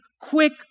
quick